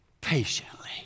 patiently